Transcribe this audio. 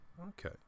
okay